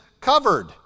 covered